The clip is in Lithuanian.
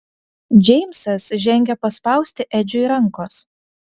džeimsas žengė paspausti edžiui rankos